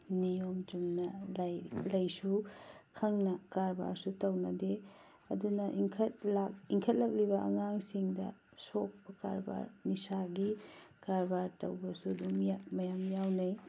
ꯅꯤꯌꯣꯝ ꯆꯨꯝꯅ ꯂꯥꯤꯔꯤꯛ ꯂꯥꯏꯁꯨ ꯈꯪꯅ ꯀ꯭ꯔꯕꯥꯔꯁꯨ ꯇꯧꯅꯗꯦ ꯑꯗꯨꯅ ꯏꯟꯈꯠꯂꯛꯂꯤꯕ ꯑꯉꯥꯡꯁꯤꯡꯗ ꯁꯣꯛꯄ ꯀ꯭ꯔꯕꯥꯔ ꯅꯤꯁꯥꯒꯤ ꯀ꯭ꯔꯕꯥꯔ ꯇꯧꯕꯁꯨ ꯑꯗꯨꯝ ꯃꯌꯥꯝ ꯌꯥꯎꯅꯩ